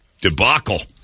debacle